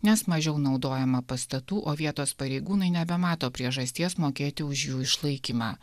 nes mažiau naudojama pastatų o vietos pareigūnai nebemato priežasties mokėti už jų išlaikymą